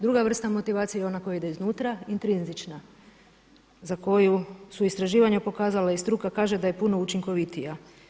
Druga vrsta motivacije je ona koja ide iznutra intrinzična za koju su istraživanja pokazala i struka kaže da je puno učinkovitija.